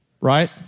Right